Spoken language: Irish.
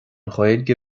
ghaeilge